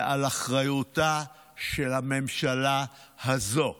זה על אחריותה של הממשלה הזו.